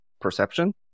perception